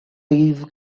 these